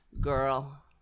girl